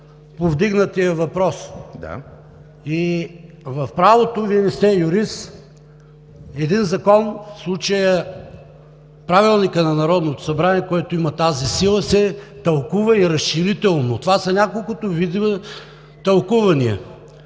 Да. ПАВЕЛ ШОПОВ: И в правото – Вие не сте юрист, един закон, в случая Правилникът на Народното събрание, който има тази сила, се тълкува и разширително. Това са няколкото видове тълкувания: